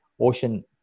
Ocean